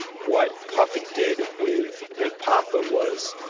what puffy did when big poppa was.